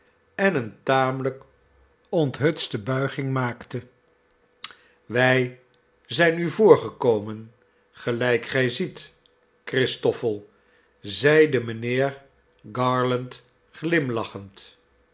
en eene tamelijk onthutste buiging maakte wij zijn u voorgekomen gelijk gij ziet christoffel zeide mijnheer garland glimlachend